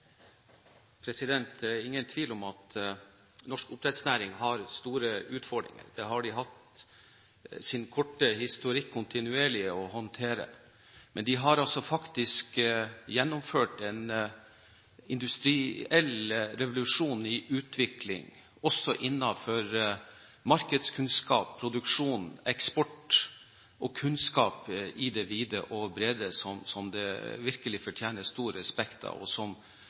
arbeidsområde. Det er ingen tvil om at norsk oppdrettsnæring har store utfordringer. Det har de i sin korte historikk kontinuerlig hatt å håndtere. Men de har faktisk gjennomført en industriell revolusjon i utvikling, også innenfor markedskunnskap, produksjon, eksport og kunnskap i det vide og brede, som virkelig fortjener stor respekt.